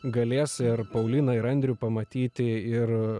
galės ir pauliną ir andrių pamatyti ir